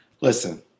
Listen